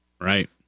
Right